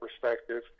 perspective